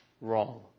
wrong